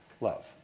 love